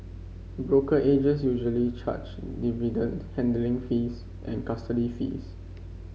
brokerages usually charge dividend handling fees and custody fees